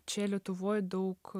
čia lietuvoj daug